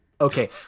Okay